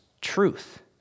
truth